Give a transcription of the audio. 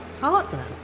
Partner